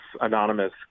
anonymous